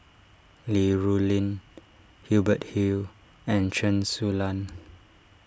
Li Rulin Hubert Hill and Chen Su Lan